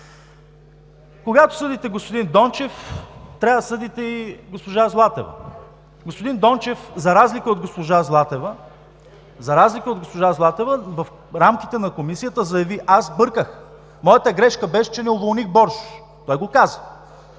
Когато съдите господин Дончев, трябва да съдите и госпожа Златева. Господин Дончев, за разлика от госпожа Златева, в рамките на Комисията заяви: „Аз сбърках. Моята грешка беше, че не уволних Боршош“. Той го каза.